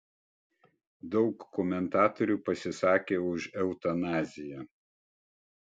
daug komentatorių pasisakė už eutanaziją